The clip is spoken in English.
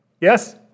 Yes